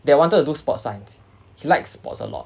they wanted to do sports science he likes sports a lot